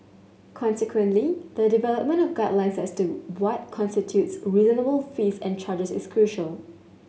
consequently the development of guidelines as to what constitutes reasonable fees and charges is crucial